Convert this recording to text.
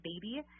baby